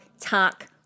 Talk